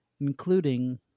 including